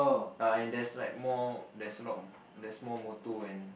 ah and there's like more there's a lot there's more motor and